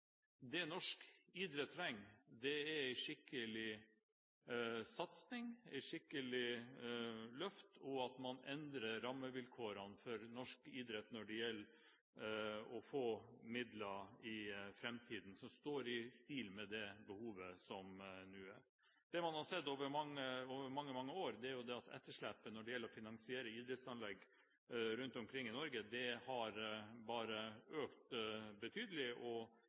Det norsk idrett trenger, er en skikkelig satsing, et skikkelig løft, og at man for fremtiden endrer rammevilkårene slik at man får midler som står i stil med det som er behovet. Det man har sett over mange år, er at etterslepet på finansiering av idrettsanlegg rundt omkring i Norge har økt betydelig.